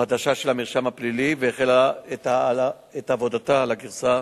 חדשה של המרשם הפלילי והחלה העבודה על הגרסה